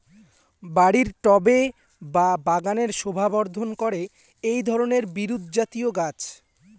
বাড়ির টবে বা বাগানের শোভাবর্ধন করে এই ধরণের বিরুৎজাতীয় গাছ